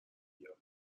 بیاد